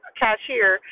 cashier